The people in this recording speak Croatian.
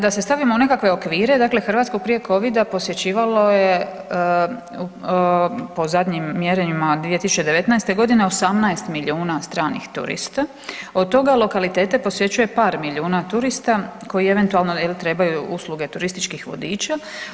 Da se stavimo u nekakve okvire dakle Hrvatsku prije covida posjećivalo je po zadnjim mjerenjima 2019.g. 18 milijuna stranih turista, od toga lokalitete posjećuje par milijuna turista koji eventualno jel trebaju usluge turističkih vodiča.